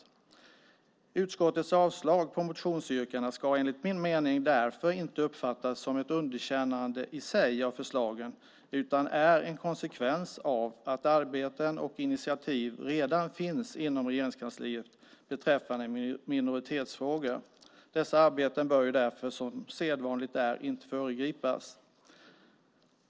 Att utskottet avstyrker motionsyrkandena ska enligt min mening därför inte uppfattas som ett underkännande i sig av förslagen, utan det är en konsekvens av att arbeten och initiativ redan finns inom Regeringskansliet beträffande minoritetsfrågor. Dessa arbeten bör, som sedvanligt är, inte föregripas.